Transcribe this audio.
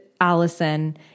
Allison